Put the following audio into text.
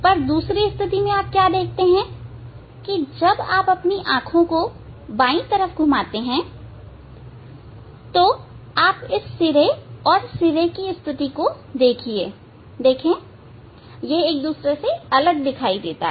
पर दूसरी स्थिति में आप देखते हैं कि जब आप अपनी आंखों को बाई तरफ घुमाते हैं तो आप इस सिरे और सिरे की स्थिति को देखेंगे वह एक दूसरे से अलग दिखाई देते हैं